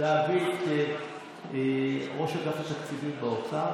להביא את ראש אגף התקציבים באוצר,